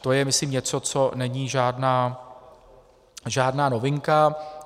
To je, myslím, něco, co není žádná novinka.